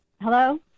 Hello